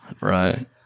Right